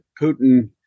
Putin